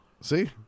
See